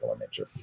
nature